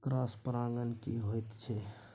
Cross परागण की होयत छै?